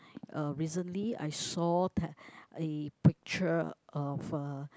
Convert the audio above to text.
uh recently I saw that a picture of a